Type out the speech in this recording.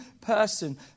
person